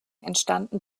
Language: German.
entstanden